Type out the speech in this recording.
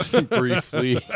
Briefly